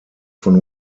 von